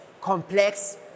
complex